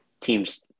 teams